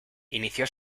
inició